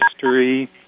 history